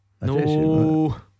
No